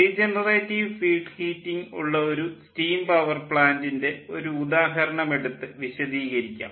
regenerative feed heating ഉള്ള ഒരു steam power പ്ലാൻ്റിൻ്റെ ഒരു ഉദാഹരണം എടുത്ത് വിശദീകരിക്കാം